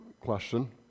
question